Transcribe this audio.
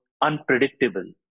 unpredictable